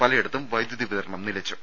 പലയിടങ്ങളിലും വൈദ്യുതി വിതരണം നിലച്ചു